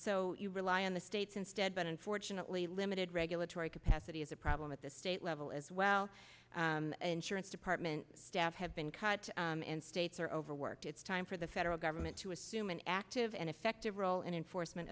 so you rely on the states instead but unfortunately limited regulatory capacity is a problem at the state level as well insurance department staff have been cut and states are overworked it's time for the federal government to assume an active and effective role in enforcement